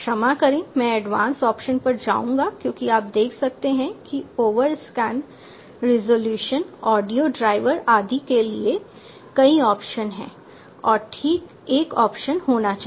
क्षमा करें मैं एडवांस्ड ऑप्शंस पर जाऊंगा क्योंकि आप देख सकते हैं कि ओवरस्कैन रिज़ॉल्यूशन ऑडियो ड्रायवर आदि के लिए कई ऑप्शंस हैं और ठीक एक ऑप्शन होना चाहिए